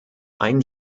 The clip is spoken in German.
einen